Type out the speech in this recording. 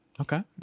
Okay